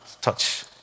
touch